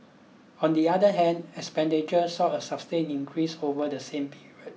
on the other hand expenditure saw a sustained increase over the same period